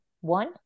one